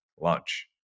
lunch